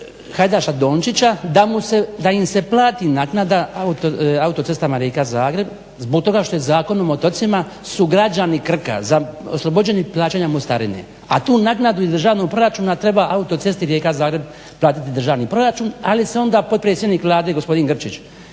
Hajdaša-Dončića da im se plati naknada Autocestama Rijeka-Zagreb zbog toga što Zakonom o otocima su građani Krka oslobođeni plaćanja mostarine. A tu naknadu iz državnog proračuna treba Autocesti Rijeka-Zagreb platiti državni proračun ali se onda potpredsjednik Vlade gospodin Grčić